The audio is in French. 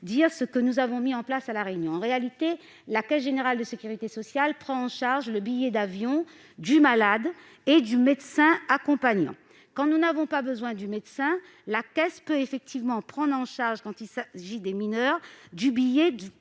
Antiste que nous avons mis en place un dispositif à La Réunion : la caisse générale de la sécurité sociale prend en charge le billet d'avion du malade et du médecin accompagnant. Quand nous n'avons pas besoin du médecin, la caisse peut effectivement prendre en charge, lorsqu'il s'agit des mineurs, le billet